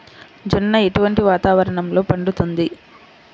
జొన్న ఎటువంటి వాతావరణంలో పండుతుంది?